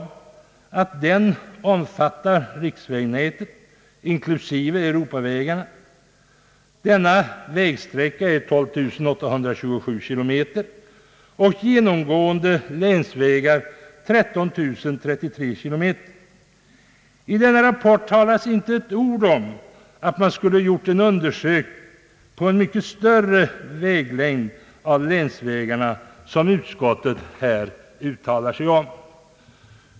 Rapporten omfattade riksvägnätet inklusive Europavägarna. Denna vägsträcka är 12 827 kilometer, och de genomgående länsvägarna uppgår till 13 033 kilometer. I denna rapport nämns inte ett ord om att man skulle ha gjort en sådan undersökning på en mycket större sträcka av länsvägarna som utskottet här uttalar sig om.